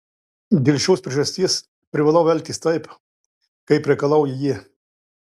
dėl šios priežasties privalau elgtis taip kaip reikalauja jie